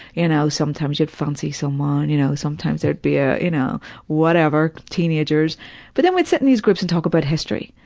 you know, sometimes you'd fancy someone, you know, sometimes there'd be a, you know whatever, teenagers but then we'd sit in these groups and talk about history.